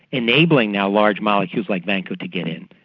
enabling now large molecules like vanco to get in.